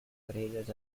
potatoes